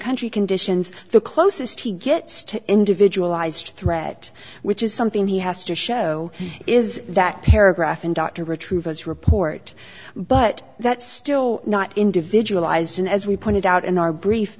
country conditions the closest he gets to individualize threat which is something he has to show is that paragraph in dr retrievals report but that's still not individualized and as we pointed out in our brief